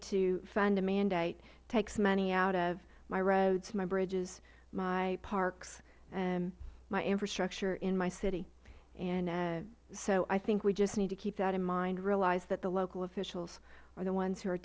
to fund a mandate takes money out of my roads my bridges my parks my infrastructure in my city so i think we just need to keep that in mind realize that the local officials are the ones who are